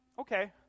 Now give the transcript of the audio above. Okay